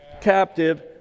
captive